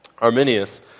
Arminius